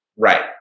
Right